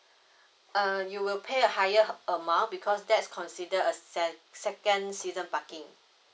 uh you will pay a higher amount because that's considered a sec~ second season parking